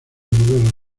modelos